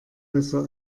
besser